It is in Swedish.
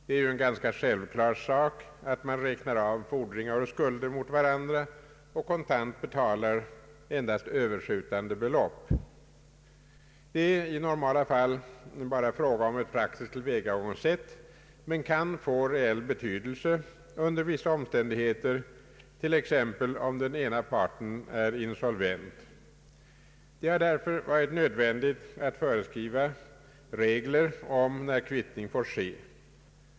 Det är ju en ganska självklar sak att man räknar av fordringar och skulder mot varandra och kontant betalar endast överskjutande belopp. Det är i normala fall bara fråga om ett praktiskt tillvägagångssätt, men kan få reell betydelse under vissa omständigheter, t.ex. om den ena parten är insolvent. Det har därför varit nödvändigt att föreskriva regler om när kvittning får ske.